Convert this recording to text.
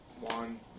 one